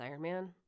Ironman